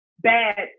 bad